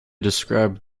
described